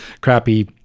crappy